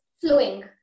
flowing